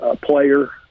player